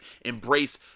embrace